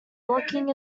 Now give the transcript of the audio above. blocking